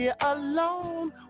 alone